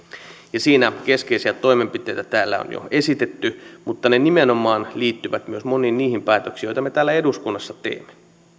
siinä keskeisiä toimenpiteitä täällä on jo esitetty mutta ne nimenomaan liittyvät myös moniin niihin päätöksiin joita me täällä eduskunnassa teemme